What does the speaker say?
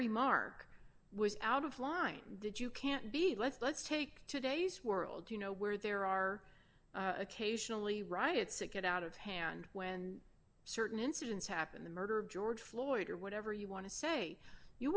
remark was out of line that you can't be let's let's take today's world you know where there are occasionally riots that get out of hand when certain incidents happen the murder of george floyd or whatever you want to say you